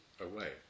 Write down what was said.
away